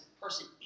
person